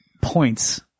points